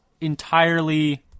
entirely